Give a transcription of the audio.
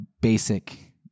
basic